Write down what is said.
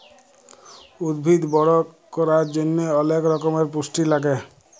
উদ্ভিদ বড় ক্যরার জন্হে অলেক রক্যমের পুষ্টি লাগে